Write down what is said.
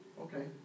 okay